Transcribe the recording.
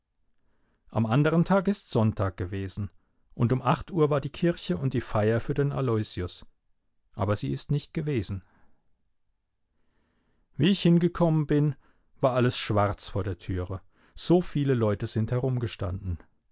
am andern tag ist sonntag gewesen und um acht uhr war die kirche und die feier für den aloysius aber sie ist nicht gewesen wie ich hingekommen bin war alles schwarz vor der türe so viele leute sind herumgestanden